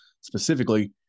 specifically